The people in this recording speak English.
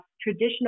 traditional